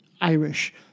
Irish